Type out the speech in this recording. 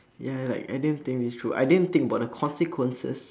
ya like I didn't think this through I didn't think about the consequences